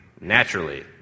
Naturally